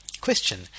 Question